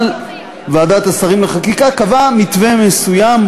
אבל ועדת השרים לחקיקה קבעה מתווה מסוים,